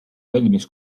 valmis